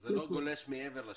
זה לא גולש מעבר לשירות.